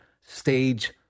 stage